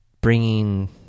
bringing